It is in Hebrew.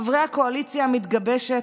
חברי הקואליציה המתגבשת,